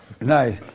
Nice